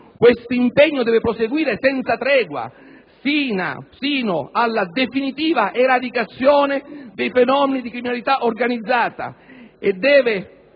questo impegno deve proseguire senza tregua, fino alla definitiva eradicazione del fenomeno della criminalità organizzata, e si deve